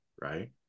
Right